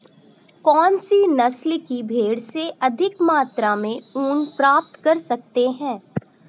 कौनसी नस्ल की भेड़ से अधिक मात्रा में ऊन प्राप्त कर सकते हैं?